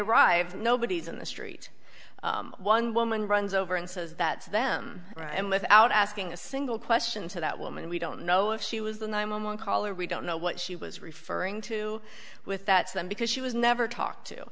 and nobody's on the street one woman runs over and says that's them and without asking a single question to that woman we don't know if she was the nine one one caller we don't know what she was referring to with that some because she was never talked to